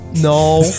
No